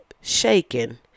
shaking